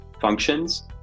functions